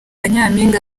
nyampinga